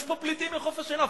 יש פה פליטים מחוף-השנהב.